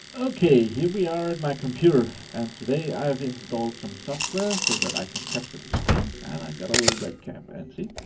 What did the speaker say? okay, here we are at my computer, and today, i've installed some software so that i can capture the screen, and i got a little webcam, and see?